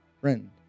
friend